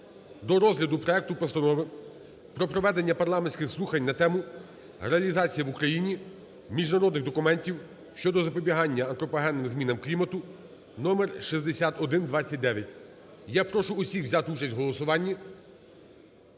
до розгляду проекту Постанови про проведення парламентських слухань на тему: "Реалізація в Україні міжнародних документів щодо запобігання антропогенним змінам клімату" (№ 6129). Я прошу всіх взяти участь в голосуванні.